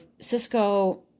cisco